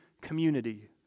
community